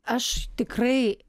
aš tikrai